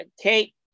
Kate